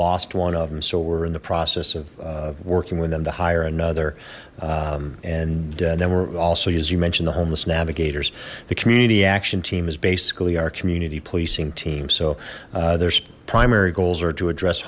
lost one of them so we're in the process of working with them to hire another and then we're also as you mentioned the homeless navigators the community action team is basically our community policing team so there's primary goals are to address